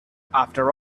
after